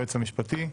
היועץ המשפטי.